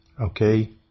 Okay